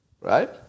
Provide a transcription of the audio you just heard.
Right